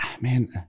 man